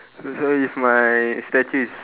so if my statue is